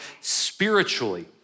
spiritually